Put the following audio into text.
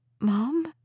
Mom